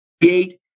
create